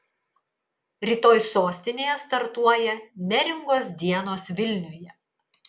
rytoj sostinėje startuoja neringos dienos vilniuje